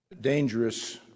dangerous